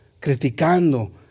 criticando